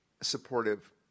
supportive